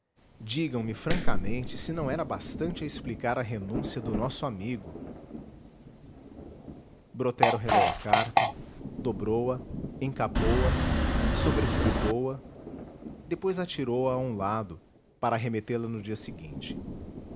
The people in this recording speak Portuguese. outra digam-me francamente se não era bastante a explicar a renúncia do nosso amigo brotero releu a carta dobrou a encapou a sobrescritou a depois atirou-a a um lado para remetê la no dia seguinte